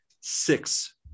Six